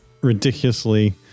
ridiculously